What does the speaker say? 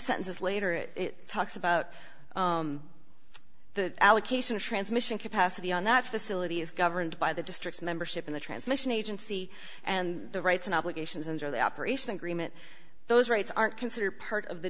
sentences later it talks about the allocation of transmission capacity on that facility is governed by the district's membership in the transmission agency and the rights and obligations under the operation agreement those rights aren't considered part of the